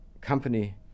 company